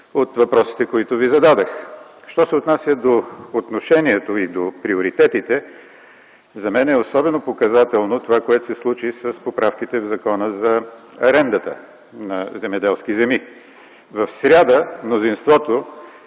от въпросите, които Ви зададох. Що се отнася до отношението и приоритетите, за мен е особено показателно това, което се случи с въпросите за арендата на земеделските земи. В сряда мнозинството